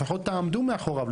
לפחות תעמדו מאחוריו,